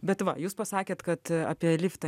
bet va jūs pasakėt kad apie liftą